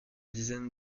dizaine